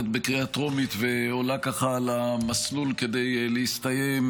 בקריאה טרומית ועולה למסלול כדי להסתיים,